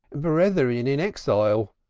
brethren in exile,